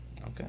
Okay